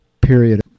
period